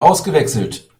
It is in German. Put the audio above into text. ausgewechselt